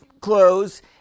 clothes